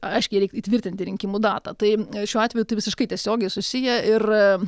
aiškiai reik įtvirtinti rinkimų datą tai šiuo atveju tai visiškai tiesiogiai susiję ir